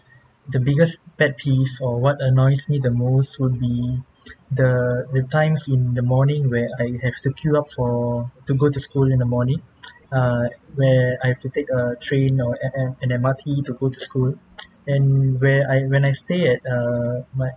the biggest pet peeves or what annoys me the most would be the times in the morning where I have to queue up for to go to school in the morning uh where I have to take a train or an an an M_R_T to go to school and where I when I stay at err my